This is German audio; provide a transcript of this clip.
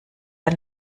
ein